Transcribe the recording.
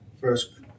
first